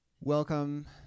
Welcome